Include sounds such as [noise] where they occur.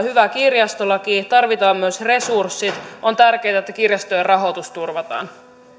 [unintelligible] hyvä kirjastolaki vaan tarvitaan myös resurssit on tärkeätä että kirjastojen rahoitus turvataan